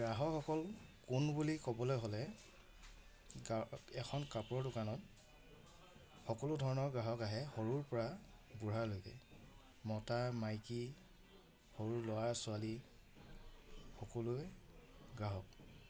গ্ৰাহকসকল কোন বুলি ক'বলৈ হ'লে এখন কাপোৰৰ দোকানত সকলো ধৰণৰ গ্ৰাহক আহে সৰুৰ পৰা বুঢ়ালৈকে মতা মাইকী সৰু ল'ৰা ছোৱালী সকলোৱে গ্ৰাহক